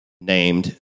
named